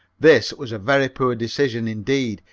this was a very poor decision, indeed,